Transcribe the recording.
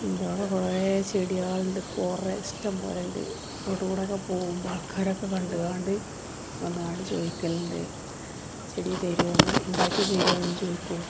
ഇൻറ്റവിടെ കുറേ ചെടികളുണ്ട് കുറേ ഇഷ്ടം പോലെയുണ്ട് റോട്ടുകൂടേക്കേ പോകുമ്പോള് ആൾക്കാര് കണ്ട് കാണ്ട് വന്നാണ്ട് ചോദിക്കലുണ്ട് ചെടി തരുമോ എന്ന് ഉണ്ടാക്കി തരുമോ എന്നും ചോദിക്കും